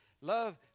Love